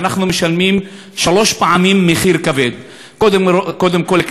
ואנחנו משלמים שלוש פעמים מחיר כבד: קודם כול,